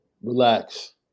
Relax